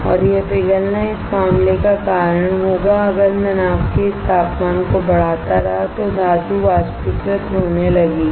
और यह पिघलना इस मामले का कारण होगा अगर मैं नाव के इस तापमान को बढ़ाता रहा तो धातु वाष्पीकृत होने लगेगी